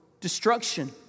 destruction